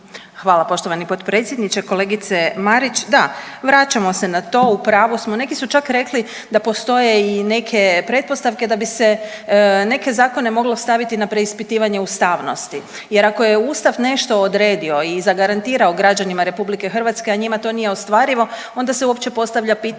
Hvala poštovani potpredsjedniče. Kolegice Marić, da vraćamo se na to, u pravu smo, neki su čak rekli da postoje i neke pretpostavke da bi se neke zakone moglo staviti na preispitivanje ustavnosti jer ako je Ustav nešto odredio i zagarantirao građanima RH, a njima to nije ostvarivo onda se uopće postavlja pitanje